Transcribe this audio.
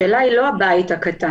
השאלה היא לא הבית הקטן,